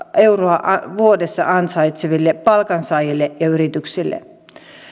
euroa vuodessa ansaitseville palkansaajille ja yrityksille